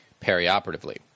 perioperatively